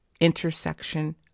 intersection